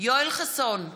יואל חסון,